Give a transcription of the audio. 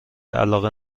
علاقه